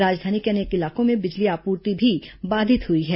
राजधानी के अनेक इलाकों में बिजली आपूर्ति भी बाधित हुई है